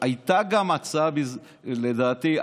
לדעתי,